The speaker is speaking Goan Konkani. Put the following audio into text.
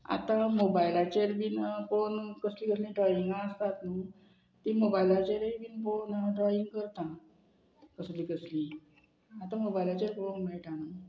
आतां मोबायलाचेर बीन पळोवन कसलीं कसलीं ड्रॉइंगां आसतात न्हू तीं मोबायलाचेरूय बीन पळोवन हांव ड्रॉईंग करता कसलीं कसलीं आतां मोबायलाचेर पळोवंक मेळटा न्हू